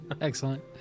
Excellent